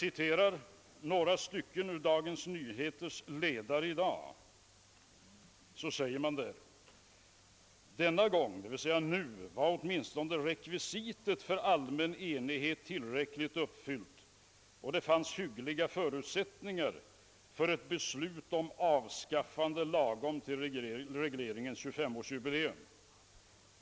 I Dagens Nyheters ledare i dag sägs: »Nu var åtminstone rekvisitet för allmän enighet tillräckligt uppfyllt, och det fanns hyggliga förutsättningar för ett beslut om avskaffande lagom till regleringens 25-årsjubileum.